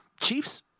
chiefs